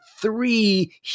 three